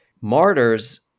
Martyrs